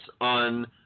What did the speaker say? on